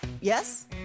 Yes